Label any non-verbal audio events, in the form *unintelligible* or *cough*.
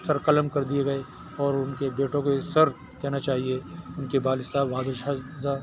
سر قلم کر دیے گئے اور ان کے بیٹوں کے جو سر کہنا چاہیے ان کے والد صاحب بہادر شاہ *unintelligible*